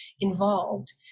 involved